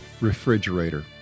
refrigerator